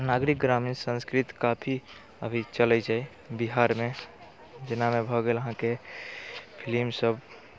नागरिक ग्रामीण संस्कृति काफी अभी चलै छै बिहारमे जेनामे भऽ गेल अहाँके फिल्म सभ